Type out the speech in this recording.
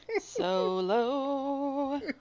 Solo